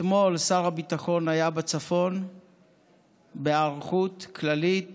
אתמול שר הביטחון היה בצפון בהיערכות כללית